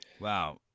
Wow